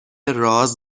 راز